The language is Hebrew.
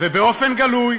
ובאופן גלוי,